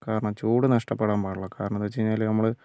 കാരണം ചൂട് നഷ്ടപെടാന് പാടില്ല കാരണം എന്നുവെച്ചാല് നമ്മൾ